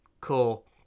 cool